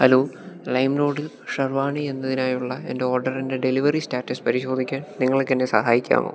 hello lime റോഡിൽ ഷെർവാണി എന്നതിനായുള്ള എൻ്റെ ഓഡറിൻ്റെ ഡെലിവറി സ്റ്റാറ്റസ് പരിശോധിക്കാൻ നിങ്ങൾക്കെന്നെ സഹായിക്കാമോ